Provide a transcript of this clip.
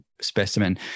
specimen